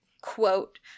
quote